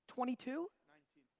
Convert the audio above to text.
twenty two? nineteen.